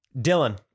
Dylan